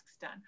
done